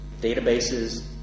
databases